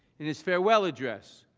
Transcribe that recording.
in his farewell address,